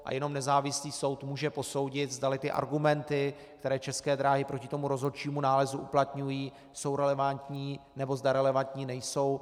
A jenom nezávislý soud může posoudit, zdali ty argumenty, které České dráhy proti tomu rozhodčímu nálezu uplatňují, jsou relevantní, nebo zda relevantní nejsou.